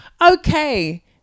Okay